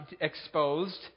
exposed